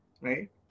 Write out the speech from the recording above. Right